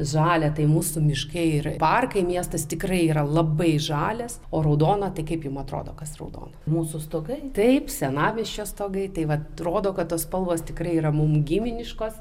žalia tai mūsų miškai ir parkai miestas tikrai yra labai žalias o raudona tai kaip jum atrodo kas ta raudona mūsų stogai taip senamiesčio stogai tai vat rodo kad tos spalvos tikrai yra mum giminiškos